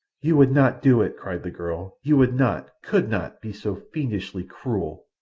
you would not do it! cried the girl. you would not could not be so fiendishly cruel!